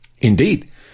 Indeed